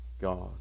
God